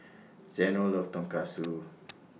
Zeno loves Tonkatsu